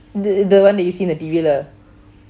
the the one you see on the T_V lah